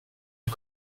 est